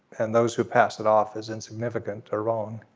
and those who passed it off as insignificant or wrong.